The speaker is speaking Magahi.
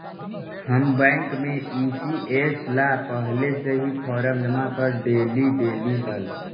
हम बैंक में ई.सी.एस ला पहले से ही फॉर्म जमा कर डेली देली हल